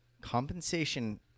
compensation